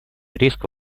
риска